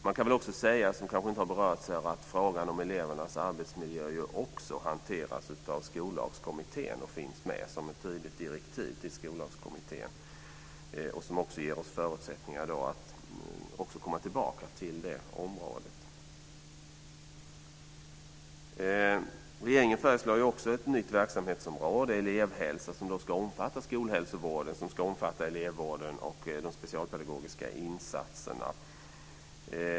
Man kan också säga, vilket inte har berörts här, att frågan om elevernas arbetsmiljö också hanteras av Skollagskommittén och finns med som ett tydligt direktiv till den. Det ger oss förutsättningar att komma tillbaka till detta område. Regeringen föreslår också ett nytt verksamhetsområde, elevhälsa, som ska omfatta skolhälsovården, elevvården och de specialpedagogiska insatserna.